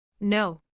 No